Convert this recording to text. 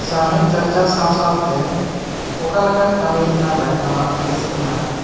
ᱥᱟᱶᱦᱮᱫ ᱪᱟᱨᱪᱟ ᱥᱟᱶ ᱥᱟᱶᱛᱮ ᱚᱠᱟ ᱞᱮᱠᱟᱱ ᱠᱟᱹᱢᱤ ᱪᱮᱛᱟᱱ ᱨᱮ ᱟᱢᱟᱜ ᱨᱟᱹᱥᱠᱟᱹ ᱢᱮᱱᱟᱜ ᱠᱟᱜ